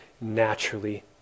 naturally